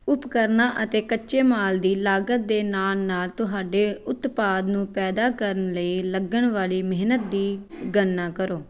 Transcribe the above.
ਉਪਕਰਣਾਂ ਅਤੇ ਕੱਚੇ ਮਾਲ ਦੀ ਲਾਗਤ ਦੇ ਨਾਲ ਨਾਲ ਤੁਹਾਡੇ ਉਤਪਾਦ ਨੂੰ ਪੈਦਾ ਕਰਨ ਲਈ ਲੱਗਣ ਵਾਲੀ ਮਿਹਨਤ ਦੀ ਗਣਨਾ ਕਰੋ